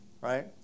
Right